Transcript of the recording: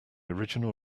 original